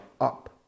up